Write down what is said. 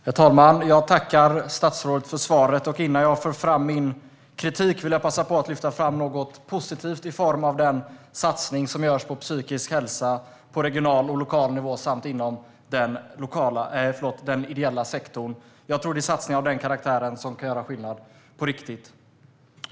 Herr talman! Jag tackar statsrådet för svaret. Innan jag för fram min kritik vill jag passa på att lyfta fram något positivt i form av den satsning på psykisk hälsa som görs på regional och lokal nivå samt inom den ideella sektorn. Jag tror att det är satsningar av den karaktären som kan göra skillnad på riktigt.